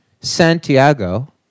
Santiago